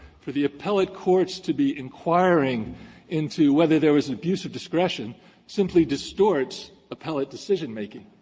for the appellate courts to be inquiring into whether there was abuse of discretion simply distorts appellate decision making.